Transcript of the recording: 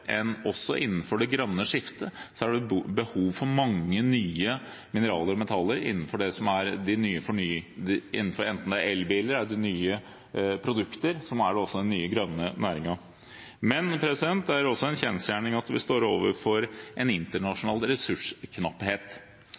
en ikke-fornybar ressurs. Internasjonalt er det riktig at vi – også innenfor det grønne skiftet – har behov for mange nye mineraler og metaller i forbindelse med nye produkter, som el-biler, som også er den nye grønne næringen. Men det er også en kjensgjerning at vi står overfor en internasjonal